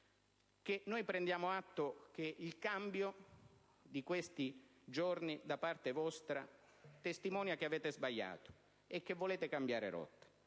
che il cambio di atteggiamento di questi giorni da parte vostra testimonia che avete sbagliato e che volete cambiare rotta.